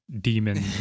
demon